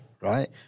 right